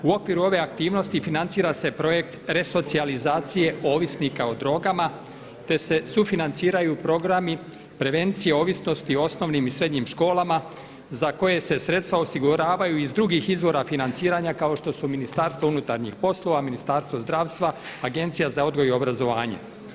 U okviru ove aktivnosti financira se projekt resocijalizacije ovisnika o drogama te se sufinanciraju programi prevencije ovisnosti u osnovnim i srednjim školama za koje se sredstva osiguravaju iz drugih izvora financiranja kao što su Ministarstvo unutarnjih poslova, Ministarstvo zdravstva, Agencija za odgoj i obrazovanje.